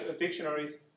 dictionaries